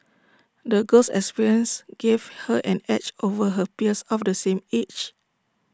the girl's experiences gave her an edge over her peers of the same age